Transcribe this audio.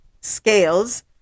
scales